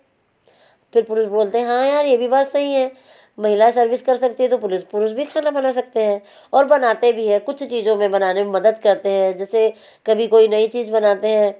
फिर पुरुष बोलते हैं हाँ यार यह भी बात सही है महिला सर्विस कर सकती हैं तो पुरुष पुरुष भी खाना बना सकते हैं और बनाते भी हैं कुछ चीज़ों में बनाने में मदद करते हैं जैसे कभी कोई नई चीज़ बनाते हैं